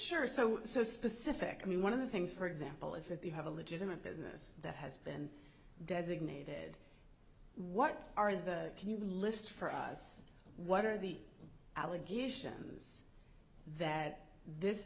sure so so specific i mean one of the things for example if you have a legitimate business that has been designated what are the can you list for us what are the allegations that this